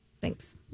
Thanks